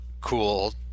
cool